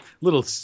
Little